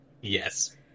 Yes